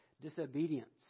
Disobedience